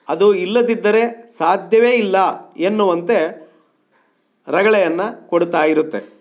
ಅದು ಇಲ್ಲದಿದ್ದರೆ ಸಾಧ್ಯವೇ ಇಲ್ಲ ಎನ್ನುವಂತೆ ರಗಳೆಯನ್ನ ಕೊಡ್ತಾ ಇರುತ್ತೆ